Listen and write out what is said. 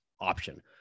option